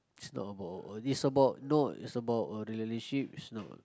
is normal is normal is about not relationships no